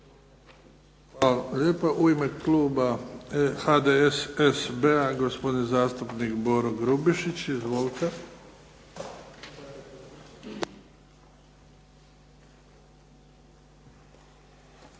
Hvala lijepa. U ime kluba HDSSB-a gospodin zastupnik Boro Grubišić. Izvolite.